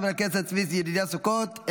חבר הכנסת צבי ידידיה סוכות,